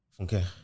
Okay